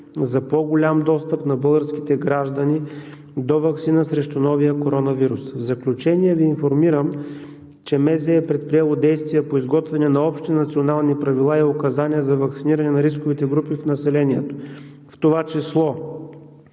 за по-голям достъп на българските граждани до ваксина срещу новия коронавирус. В заключение Ви информирам, че Министерството на здравеопазването е предприело действия по изготвяне на общи национални правила и указания за ваксиниране на рисковите групи в населението, в това число